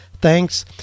Thanks